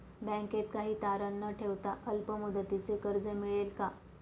बँकेत काही तारण न ठेवता अल्प मुदतीचे कर्ज मिळेल का?